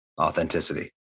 authenticity